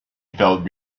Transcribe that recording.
felt